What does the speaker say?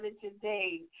today